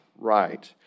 right